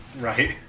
Right